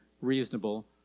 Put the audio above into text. reasonable